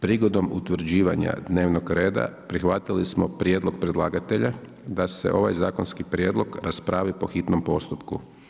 Prigodom utvrđivanja dnevnog reda prihvatili smo prijedlog predlagatelja da se ovaj zakonski prijedlog raspravi po hitnom postupku.